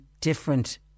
different